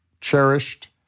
cherished